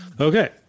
Okay